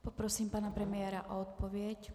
Poprosím pana premiéra o odpověď.